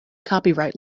copyright